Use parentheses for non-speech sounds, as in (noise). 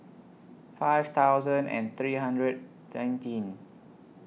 five thousand and three hundred (unintelligible)